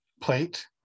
plate